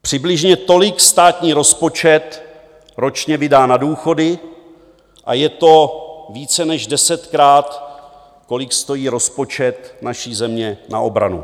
Přibližně tolik státní rozpočet ročně vydá na důchody a je to více než desetkrát, kolik stojí rozpočet naší země na obranu.